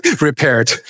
repaired